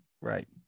Right